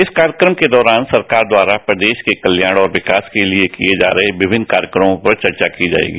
इस कार्यक्रम के दौरान सरकार द्वारा प्रदेश के कल्याण और विकास के लिए किए जा रहे विभिन्न कार्यक्रमों पर चर्चा की जाएगी